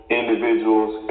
individuals